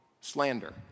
slander